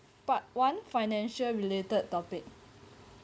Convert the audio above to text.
part one financial related topic